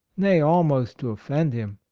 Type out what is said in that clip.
nay, almost to offend him.